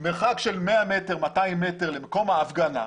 מרחק של 100 מטרים, 200 מטרים למקום ההפגנה,